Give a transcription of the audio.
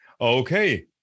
Okay